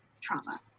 trauma